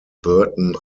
burton